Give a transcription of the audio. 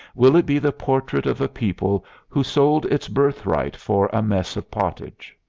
will it be the portrait of a people who sold its birthright for a mess of pottage?